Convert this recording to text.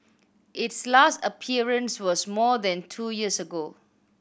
its last appearance was more than two years ago